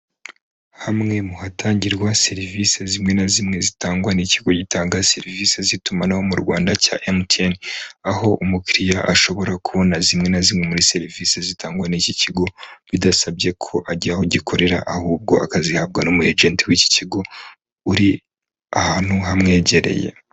Hamwe mu hatangirwa serivisi zimwe na zimwe zitangwa n'ikigo gitanga serivisi z'itumanaho mu Rwanda cya MTN. Aho umukiriya ashobora kubona zimwe na zimwe muri serivisi zitangwa n'iki kigo, bidasabye ko ajya aho gikorera ahubwo akazihabwa n'umwajenti w'iki kigo, uri ahantu hamwegereye.